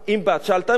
שעלתה מבריטניה,